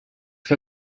que